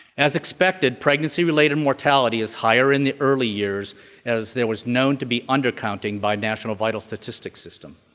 as expected, pregnancy-related mortality is higher in the early years as there was known to be undercounting by national vital statistics system.